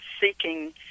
seeking